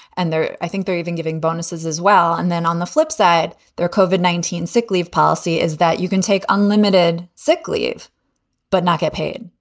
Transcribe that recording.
and i think they're even giving bonuses as well. and then on the flip side, they're covered. nineteen sick leave policy is that you can take unlimited sick leave but not get paid.